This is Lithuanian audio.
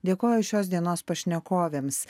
dėkoju šios dienos pašnekovėms